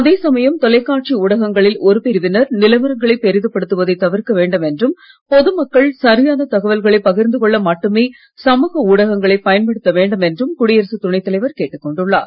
அதே சமயம் தொலைக்காட்சி ஊடகங்களில் ஒரு பிரிவினர் நிலவரங்களை பெரிது படுத்துவதை தவிர்க்க வேண்டும் என்றும் பொது மக்கள் சரியான தகவல்களை பகிர்ந்து கொள்ள மட்டுமே சமூக ஊடகங்களை பயன்படுத்த வேண்டும் என்றும் குடியரசுத் துணை தலைவர் கேட்டுக் கொண்டுள்ளார்